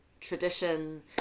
tradition